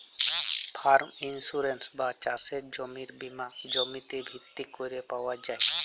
farm insurance বা চাসের জমির বীমা জমিতে ভিত্তি ক্যরে পাওয়া যায়